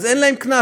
אז אין להם קנס.